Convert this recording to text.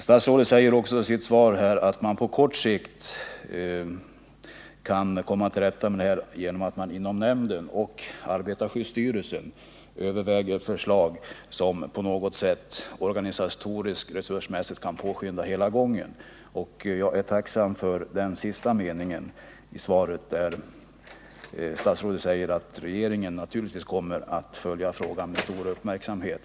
Statsrådet säger också i sitt svar att man på kort sikt kan komma till rätta med problemet genom att man inom nämnden och arbetarskyddsstyrelsen överväger förslag som organisatoriskt och resursmässigt kan påskynda hela gången av denna verksamhet. Jag är tacksam för den sista meningen i svaret, där statsrådet säger att regeringen naturligtvis kommer att följa frågan med stor uppmärksamhet.